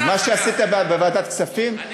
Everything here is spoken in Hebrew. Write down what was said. מה זה הצגה?